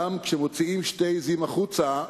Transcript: גם כשמוציאים שתי עזים החוצה,